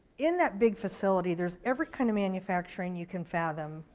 in that big facility, there's every kind of manufacturing, you can fathom.